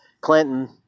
Clinton